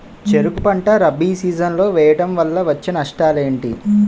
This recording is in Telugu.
చెరుకు పంట రబీ సీజన్ లో వేయటం వల్ల వచ్చే నష్టాలు ఏంటి?